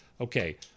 Okay